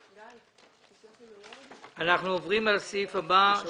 יש לי הצעה לסדר: סיום פעילות הכנסת ה-20 בוועדת הכספים.